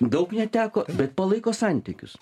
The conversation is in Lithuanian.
daug neteko bet palaiko santykius